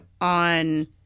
on